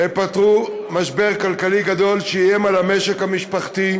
הם פתרו משבר כלכלי גדול שאיים על המשק המשפחתי.